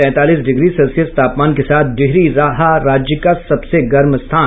तैंतालीस degree Celsius तापमान के साथ डिहरी रहा राज्य का सबसे गर्म स्थान